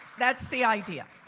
that's the idea.